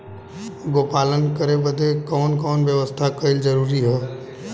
गोपालन करे बदे कवन कवन व्यवस्था कइल जरूरी ह?